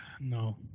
No